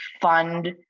fund